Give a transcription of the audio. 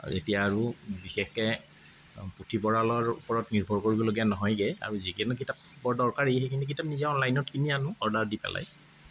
এতিয়া আৰু বিশেষকে পুথিভঁৰালৰ ওপৰত নিৰ্ভৰ কৰিবলগীয়া নহয়গে আৰু যিকোনো কিতাপ বৰ দৰকাৰী সেইখিনি কিতাপ নিজে অনলাইনত কিনি আনোঁ অৰ্ডাৰ দি পেলাই